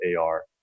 AR